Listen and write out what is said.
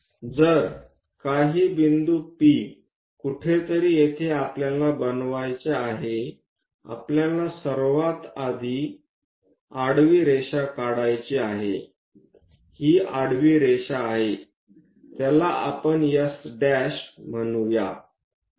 जर काही बिंदू P कुठेतरी येथे आपल्याला बनवायचे आहे आपल्याला सर्वात आधी आडवी रेषा काढायची आहे ही आडवी रेषा आहे त्याला आपण S' म्हणूया